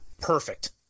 Perfect